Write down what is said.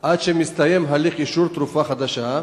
עד שמסתיים הליך אישור תרופה חדשה?